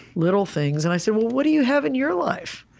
little things? and i said, well, what do you have in your life?